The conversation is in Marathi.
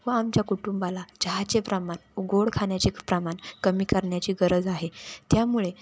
व आमच्या कुटुंबाला चहाचे प्रमाण व गोड खाण्याचे प्रमाण कमी करण्याची गरज आहे त्यामुळे